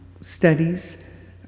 studies